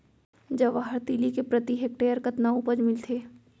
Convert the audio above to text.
जवाहर तिलि के प्रति हेक्टेयर कतना उपज मिलथे?